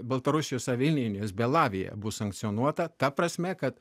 baltarusijos avialinijos belavija bus sankcionuota ta prasme kad